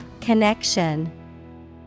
Connection